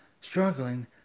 struggling